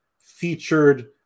featured